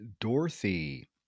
Dorothy